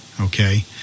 okay